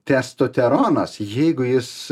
testoteronas jeigu jis